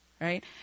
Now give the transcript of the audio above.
Right